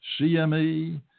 CME